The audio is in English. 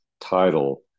title